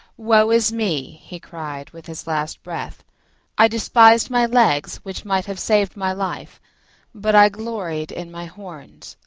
woe is me! he cried with his last breath i despised my legs, which might have saved my life but i gloried in my horns,